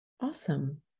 Awesome